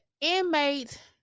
inmate